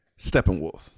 steppenwolf